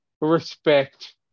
respect